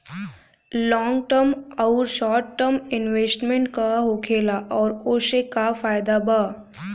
Long term आउर short term investment का होखेला और ओसे का फायदा बा?